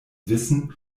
wissen